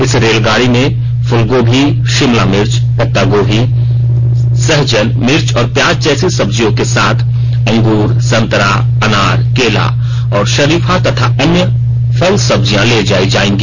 इस रेलगाड़ी में फूलगोभी शिमला भिर्च पत्ता गोभी सहजन भिर्च और प्याज जैसी सब्जियों के साथ अंगूर संतरा अनार केला और शरीफा तथा अन्य फल सब्जियां ले जाई जाएगी